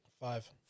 five